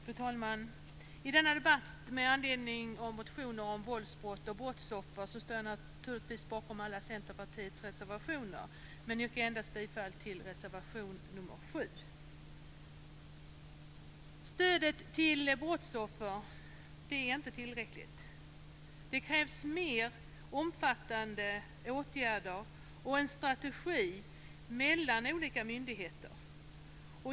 Fru talman! I denna debatt med anledning av motioner om våldsbrott och våldsoffer står jag naturligtvis bakom alla Centerpartiets reservationer men yrkar endast bifall till reservation nr 7. Stödet till brottsoffer är inte tillräckligt. Det krävs mer omfattande åtgärder och en strategi mellan olika myndigheter.